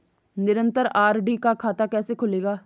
निरन्तर आर.डी का खाता कैसे खुलेगा?